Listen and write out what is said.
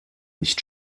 nicht